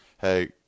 hey –